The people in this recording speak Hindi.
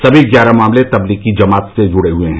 सभी ग्यारह मामले तबलीगी जमात से जुड़े हैं